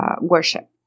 worship